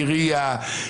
עירייה,